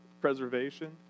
preservation